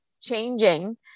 changing